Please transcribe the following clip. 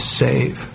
save